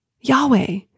Yahweh